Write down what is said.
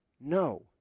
No